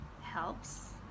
helps